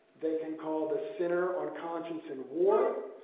they can call the center on conscience and war.